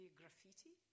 graffiti